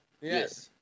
Yes